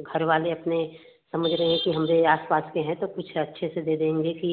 घरवाले अपने हमारे कि हमारे आस पास के हैं तो कुछ अच्छे से दे देंगे कि